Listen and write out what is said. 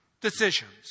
decisions